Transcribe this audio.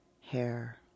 hair